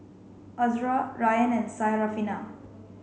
Azura Ryan and Syarafina